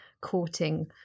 courting